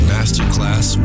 Masterclass